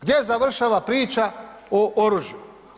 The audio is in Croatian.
Gdje završava priča o oružju?